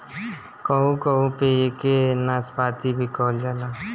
कहू कहू पे एके नाशपाती भी कहल जाला